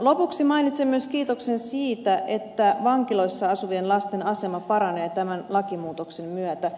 lopuksi mainitsen myös kiitoksen siitä että vankiloissa asuvien lasten asema paranee tämän lakimuutoksen myötä